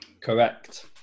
Correct